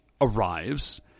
arrives